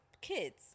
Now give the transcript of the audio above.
kids